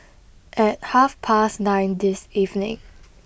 at half past nine this evening